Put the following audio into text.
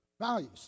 values